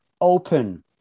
open